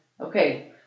okay